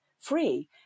free